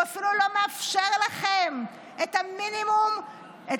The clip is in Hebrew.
הוא אפילו לא מאפשר לכם את המינימום שהוא